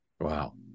Wow